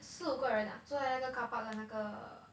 四五个人 ah 坐在那个 carpark 的那个